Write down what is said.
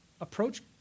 approach